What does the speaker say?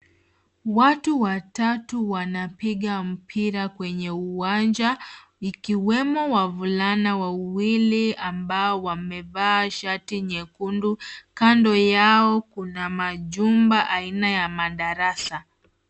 Watu watatu wanapiga mpira kwenye uwanja, ikiwemo wavulana wawili ambao wamevaa shati nyekundu. Kando yao kuna majumba aina ya madarasa.